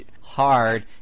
hard